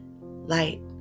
light